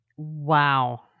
wow